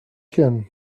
can